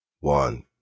One